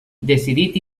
decidit